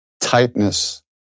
tightness